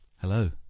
Hello